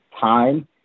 time